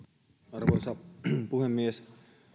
arvoisa puhemies